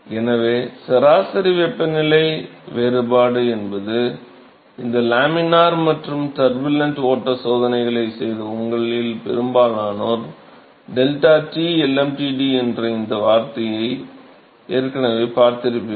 எனவே சராசரி வெப்பநிலை வேறுபாடு என்பது இந்த லேமினார் மற்றும் டர்புலன்ட் ஓட்ட சோதனைகளை செய்த உங்களில் பெரும்பாலானோர் ΔT lmtd என்ற இந்த வார்த்தையை நீங்கள் ஏற்கனவே பார்த்திருப்பீர்கள்